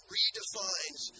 redefines